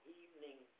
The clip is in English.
evening